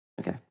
okay